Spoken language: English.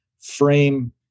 frame